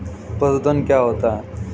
पशुधन क्या होता है?